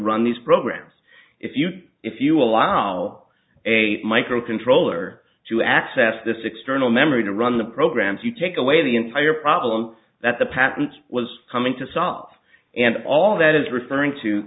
run these programs if you if you allow a microcontroller to access this external memory to run the programs you take away the entire problem that the patents was coming to solve and all that is referring to